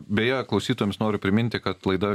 beje klausytojams noriu priminti kad laida